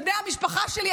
של בני המשפחה שלי,